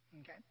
Okay